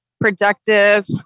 productive